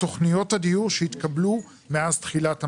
ותכניות הדיור שהתקבלו מאז תחילת המשבר.